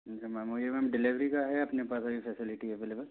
जी ma'am delivery का है अपने पास फैसिलिटी अवेलेबल